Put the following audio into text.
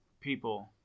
people